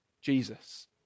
Jesus